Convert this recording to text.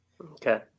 okay